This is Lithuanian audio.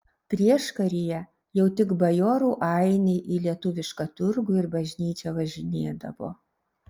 prieškaryje jau tik bajorų ainiai į lietuvišką turgų ir bažnyčią važinėdavo